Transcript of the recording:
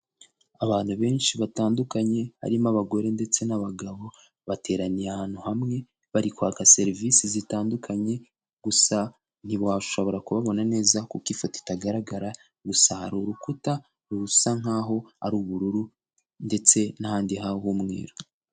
Abantu benshi batandukanye harimo abagore ndetse n'abagabo bateraniye ahantu hamwe, bari kwaka serivisi zitandukanye, gusa ntiwashobora kubabona neza kuko ifoto itagaragara, gusa hari urukuta rusa nkaho ari ubururu ndetse n'ahandi haho h'umweru.